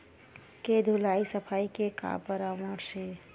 के धुलाई सफाई के का परामर्श हे?